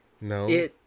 No